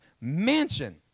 mansion